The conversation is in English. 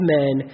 men